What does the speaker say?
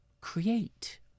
create